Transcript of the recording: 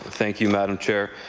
thank you, madam chair.